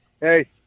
Hey